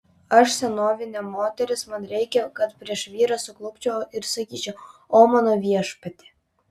aš senovinė moteris man reikia kad prieš vyrą suklupčiau ir sakyčiau o mano viešpatie